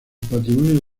patrimonio